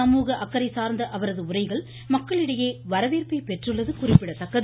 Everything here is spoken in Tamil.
சமூக அக்கறை சார்ந்த அவரது உரைகள் மக்களிடையே வரவேற்பை பெற்றுள்ளது குறிப்பிடத்தக்கது